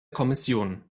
kommission